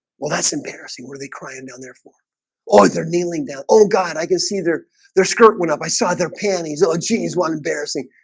well, that's embarrassing were they crying down there for oh, they're kneeling down oh god, i can see their their skirt went up. i saw their panties. oh, geez one embarrassing